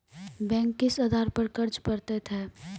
Bank किस आधार पर कर्ज पड़तैत हैं?